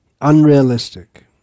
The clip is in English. unrealistic